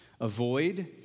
Avoid